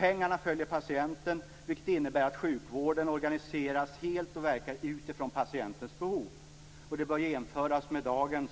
Pengarna följer patienten, vilket innebär att sjukvården organiseras helt och verkar utifrån patienternas behov. Det bör jämföras med dagens